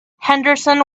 henderson